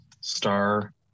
star